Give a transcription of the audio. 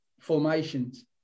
formations